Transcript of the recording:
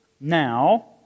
now